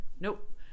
nope